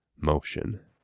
motion